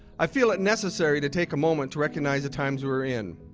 i feel it necessary to take a moment to recognize the times we are in.